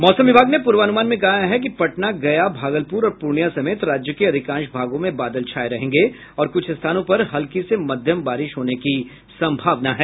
मौसम विभाग ने पूर्वानुमान में कहा है कि पटना गया भागलपुर और पूर्णियां समेत राज्य के अधिकांश भागों में बादल छाये रहेंगे और कुछ स्थानों पर हल्की से मध्यम बारिश होने की सम्भावना है